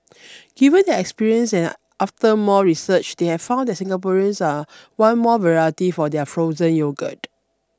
given their experience and after more research they have found that Singaporeans are want more variety for their frozen yogurt